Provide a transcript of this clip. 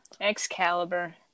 Excalibur